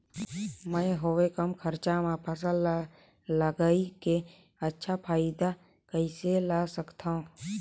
मैं हवे कम खरचा मा फसल ला लगई के अच्छा फायदा कइसे ला सकथव?